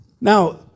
Now